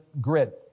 grid